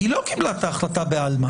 היא לא קיבלה את ההחלטה בעלמא.